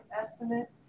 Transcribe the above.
estimate